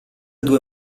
due